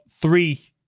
three